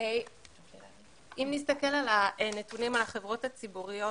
אם נסתכל על הנתונים על החברות הממשלתיות,